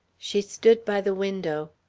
she stood by the window.